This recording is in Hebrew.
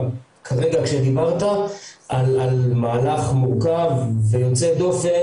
כרגע כשדיברת על מהלך מורכב ויוצא דופן